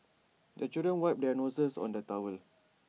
the children wipe their noses on the towel